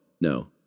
no